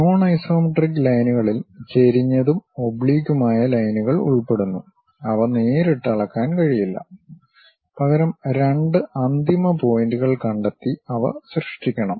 non isometric ലൈനുകളിൽ ചെരിഞ്ഞതും ഒബ്ലിക്കുമായ ലൈനുകൾ ഉൾപ്പെടുന്നു അവ നേരിട്ട് അളക്കാൻ കഴിയില്ല പകരം രണ്ട് അന്തിമ പോയിന്റുകൾ കണ്ടെത്തി അവ സൃഷ്ടിക്കണം